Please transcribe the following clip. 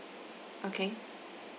okay